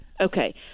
Okay